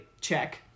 check